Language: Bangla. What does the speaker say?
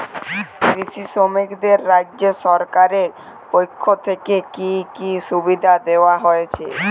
কৃষি শ্রমিকদের রাজ্য সরকারের পক্ষ থেকে কি কি সুবিধা দেওয়া হয়েছে?